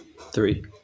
three